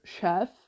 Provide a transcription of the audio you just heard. chef